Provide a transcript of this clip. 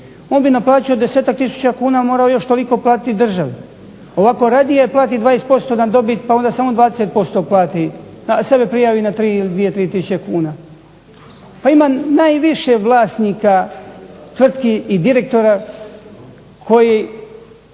onda i na plaću od 10-ak tisuća kuna je morao još toliko platiti državi. Ovako radije plati 20% na dobit, pa onda samo 20% plati, sebe prijavi na 3 ili 2, 3 tisuće kuna. Pa ima najviše vlasnika tvrtki i direktora koji,